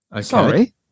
Sorry